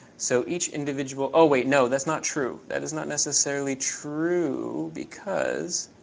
so each individual oh, wait. no, that's not true. that is not necessarily true, because,